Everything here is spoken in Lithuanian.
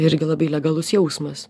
irgi labai legalus jausmas